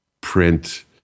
print